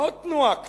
לא תנועה קטנה.